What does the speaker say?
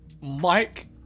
Mike